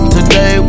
Today